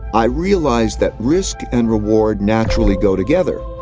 i realized that risk and reward naturally go together.